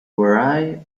vary